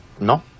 No